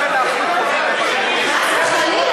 חס וחלילה,